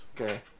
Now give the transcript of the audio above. Okay